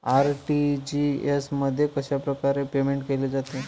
RTGS मध्ये कशाप्रकारे payment केले जाते?